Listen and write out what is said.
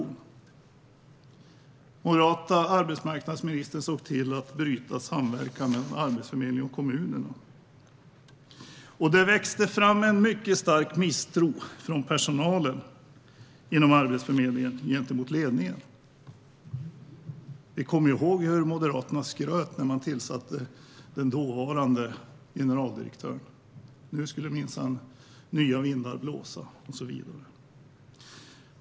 Den moderata arbetsmarknadsministern såg till att bryta samverkan mellan Arbetsförmedlingen och kommunerna. En mycket stark misstro växte fram bland Arbetsförmedlingens personal gentemot ledningen. Vi kommer ihåg hur Moderaterna skröt när de tillsatte den dåvarande generaldirektören. Nu skulle minsann nya vindar blåsa.